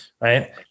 right